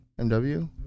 MW